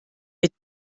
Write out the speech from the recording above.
mit